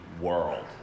world